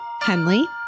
Henley